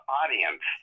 audience